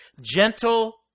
gentle